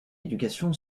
éducation